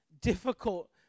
difficult